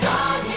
God